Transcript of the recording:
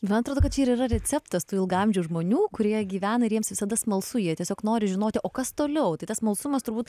man atrodo kad čia ir yra receptas tų ilgaamžių žmonių kurie gyvena ir jiems visada smalsu jie tiesiog nori žinoti o kas toliau tai tas smalsumas turbūt